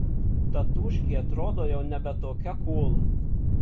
tatūškė atrodo jau nebe tokia kūl